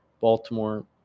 Baltimore